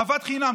אהבת חינם.